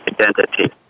identity